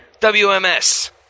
WMS